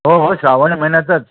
हो हो श्रावण महिन्यातच